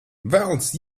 velns